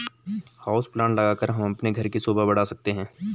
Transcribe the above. house plant लगाकर हम अपने घर की शोभा बढ़ा सकते हैं